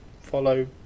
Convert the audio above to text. follow